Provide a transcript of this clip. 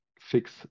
fix